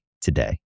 today